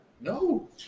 No